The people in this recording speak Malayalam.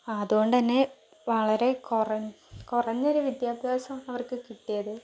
അതുകൊണ്ട് തന്നെ വളരെ കുറഞ്ഞ് കുറഞ്ഞൊരു വിദ്യാഭ്യാസം അവർക്ക് കിട്ടിയത്